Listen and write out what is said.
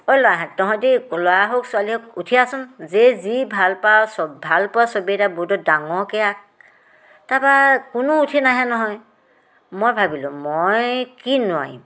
অই ল'ৰাহঁত তহঁতি ল'ৰা হওক ছোৱালী হওক উঠি আহচোন যেই যি ভাল পাৱ ভালপোৱা ছবি এটা বৰ্ডত ডাঙৰকৈ আঁক তাৰপৰা কোনো উঠি নাহে নহয় মই ভাবিলোঁ মই কি নোৱাৰিম